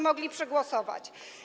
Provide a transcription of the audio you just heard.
mogli przegłosować.